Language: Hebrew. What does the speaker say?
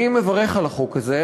אני מברך על החוק הזה.